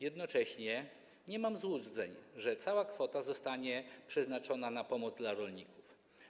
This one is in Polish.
Jednocześnie nie mam złudzeń, że cała kwota zostanie przeznaczona na pomoc dla rolników.